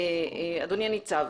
אדוני הניצב,